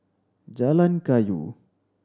Jalan Kayu